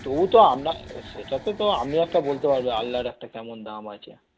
তবু তো আপনার সেটা তো তো আপনি একটা বলতে পারবে আলনার একটা কেমন দাম আছে